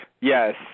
Yes